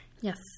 Yes